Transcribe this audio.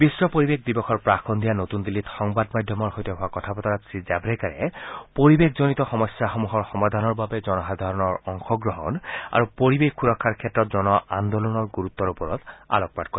বিশ্ব পৰিৱেশ দিৱসৰ প্ৰাক্ সন্ধিয়া নতুন দিল্লীত সংবাদ মাধ্যমৰ সৈতে হোৱা কথা বতৰাত শ্ৰী জাণ্ৰেকাৰে পৰিৱেশজনিত সমস্যাসমূহৰ সমাধানৰ বাবে জনসাধাৰণৰ অংশগ্ৰহণ আৰু পৰিৱেশ সূৰক্ষাৰ ক্ষেত্ৰত জন আন্দোলনৰ গুৰুত্ব ওপৰত আলোকপাত কৰে